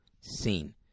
seen